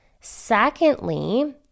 Secondly